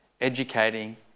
educating